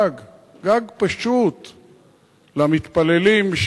גג פשוט למתפללים,